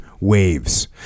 waves